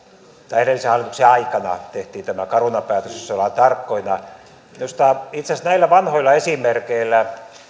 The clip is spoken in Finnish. tai edellisen hallituksen aikana tehtiin tämä caruna päätös jos ollaan tarkkoina minusta itse asiassa näillä vanhoilla esimerkeillä